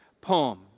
poem